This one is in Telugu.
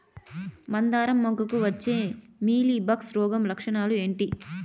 మందారం మొగ్గకు వచ్చే మీలీ బగ్స్ రోగం లక్షణాలు ఏంటి?